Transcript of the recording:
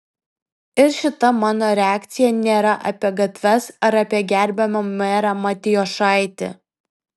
ir šita mano reakcija nėra apie gatves ar apie gerbiamą merą matijošaitį